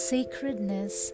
Sacredness